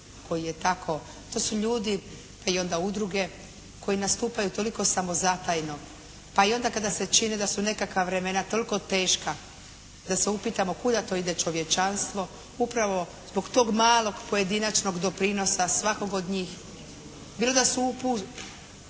koji je tako, to su ljudi pa i onda udruge koji nastupaju toliko samozatajno, pa i onda kada se čini da su nekakva vremena toliko teška da se upitamo kuda to ide čovječanstvo. Upravo zbog tog malog pojedinačnog doprinosa svakog od njih bilo da su okupljeni